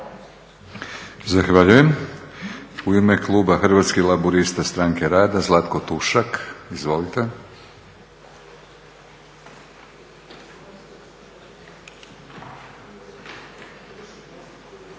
Zahvaljujem. U ime kluba Hrvatskih laburista-Stranke rada Zlatko Tušak. Izvolite. **Tušak,